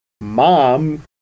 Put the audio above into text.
mom